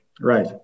Right